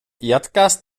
erdgas